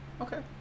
Okay